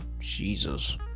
Jesus